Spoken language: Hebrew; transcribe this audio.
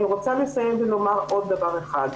אני רוצה לסיים ולומר עוד דבר אחד.